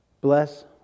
Bless